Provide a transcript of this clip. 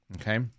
Okay